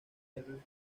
hewlett